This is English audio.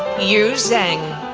yue zheng.